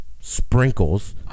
Sprinkles